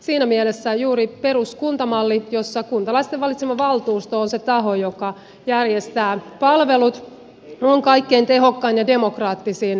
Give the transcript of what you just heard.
siinä mielessä juuri peruskuntamalli jossa kuntalaisten valitsema valtuusto on se taho joka järjestää palvelut on kaikkein tehokkain ja demokraattisin malli